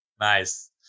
Nice